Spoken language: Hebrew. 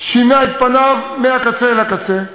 שינה את פניו מהקצה אל הקצה,